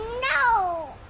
no!